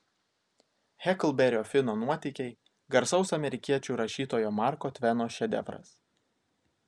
heklberio fino nuotykiai garsaus amerikiečių rašytojo marko tveno šedevras